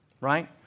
right